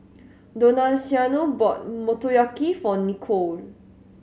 Donaciano bought Motoyaki for Nichole